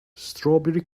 strawberry